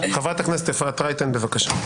חברת הכנסת אפרת רייטן, בבקשה.